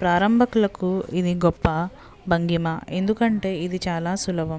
ప్రారంభకులకు ఇది గొప్ప భంగిమ ఎందుకంటే ఇది చాలా సులభం